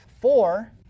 four